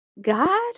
God